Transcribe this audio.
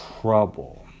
trouble